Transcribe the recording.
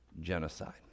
genocide